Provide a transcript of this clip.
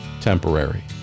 temporary